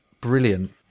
brilliant